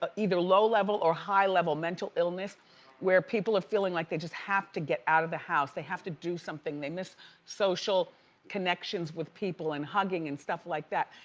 ah either low-level or high-level mental illness where people are feeling like they just have to get out of the house. they have to do something. they miss social connections with people and hugging and stuff like that.